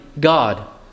God